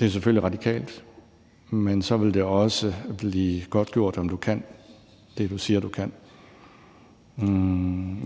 Det er selvfølgelig radikalt, men så vil det også blive godtgjort, om du kan det, du siger du kan.